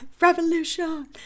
Revolution